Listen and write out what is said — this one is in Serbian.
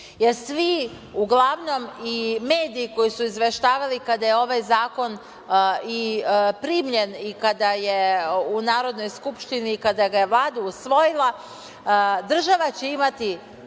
svi uglavnom i mediji koji su izveštavali kada je ovaj zakon i primljen i kada je u Narodnoj skupštini, kada ga je Vlada usvojila, država će imati